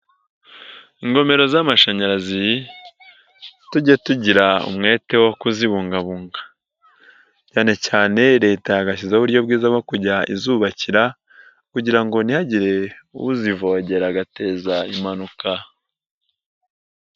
Ingomero z'amashanyarazi, tujye tugira umwete wo kuzibungabunga. Cyane cyane leta yagashyizeho uburyo bwiza bwo kujya izubakira kugira ngo ntihagire uzivogera agateza impanuka.